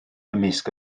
ymysg